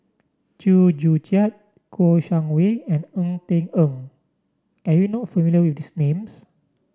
Chew Joo Chiat Kouo Shang Wei and Ng Eng Teng are you not familiar with these names